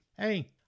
Hey